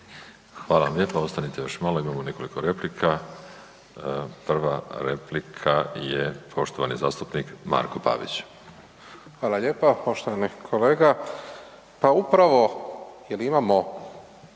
vam lijepo, ostanite još malo, imamo nekoliko replika. Prva replika je poštovani zastupnik Marko Pavić. **Pavić, Marko (HDZ)** Hvala lijepo. Poštovani kolega, pa upravo jel imamo